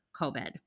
COVID